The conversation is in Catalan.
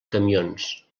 camions